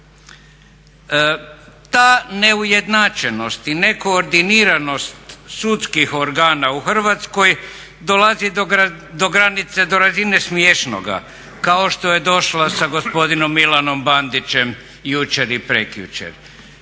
Ta neujednačenost i nekoordiniranost sudskih organa u Hrvatskoj dolazi do granice, do razine smiješnoga kao što je došla sa gospodinom Milanom Banićem jučer i prekjučer.